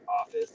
office